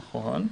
נכון.